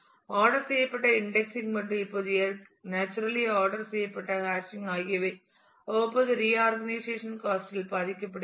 order செய்யப்பட்ட indexing மற்றும் இப்போது இயற்கையாக ஆர்டர் செய்யப்பட்ட ஹேஷிங் ஆகியவை அவ்வப்போது ரிஆர்கனைசேஷன் காஸ்ட் இல் பாதிக்கப்படுகின்றன